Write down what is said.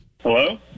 Hello